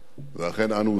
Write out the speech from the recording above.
ואכן, אנו עושים זאת.